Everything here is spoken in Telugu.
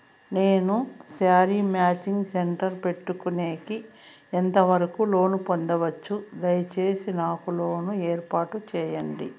నేను శారీ మాచింగ్ సెంటర్ పెట్టుకునేకి ఎంత వరకు లోను పొందొచ్చు? దయసేసి నాకు లోను ఏర్పాటు సేయండి?